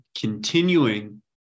continuing